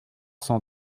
cent